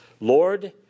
Lord